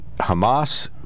Hamas